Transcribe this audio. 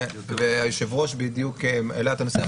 והיושב-ראש בדיוק העלה את הנושא.